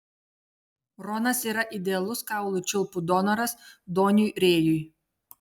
ronas yra idealus kaulų čiulpų donoras doniui rėjui